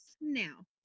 now